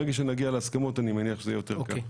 ברגע שנגיע להסכמות אני מניח שזה יהיה יותר קל.